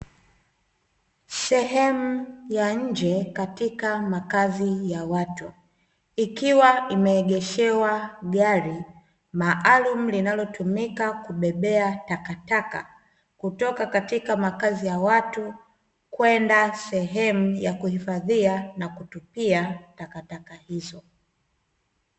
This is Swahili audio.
Sehemu ya nje katika makazi ya watu, ikiwa imeegeshewa gari maalumu linalotumika kubebea takataka kutoka katika makazi ya watu kwenda sehemu ya kuhifadhia na kutupia takataka hizo.